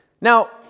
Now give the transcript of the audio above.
Now